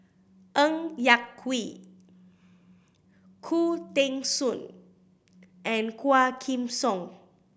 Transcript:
Ng Yak Whee Khoo Teng Soon and Quah Kim Song